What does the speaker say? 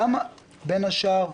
למה, בין השאר,